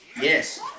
Yes